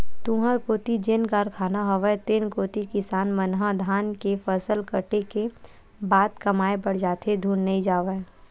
तुँहर कोती जेन कारखाना हवय तेन कोती किसान मन ह धान के फसल कटे के बाद कमाए बर जाथे धुन नइ जावय?